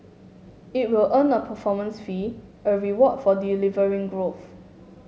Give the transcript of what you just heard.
it will earn a performance fee a reward for delivering growth